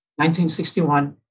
1961